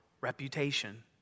reputation